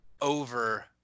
over